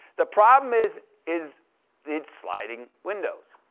the problem is is it's sliding windows.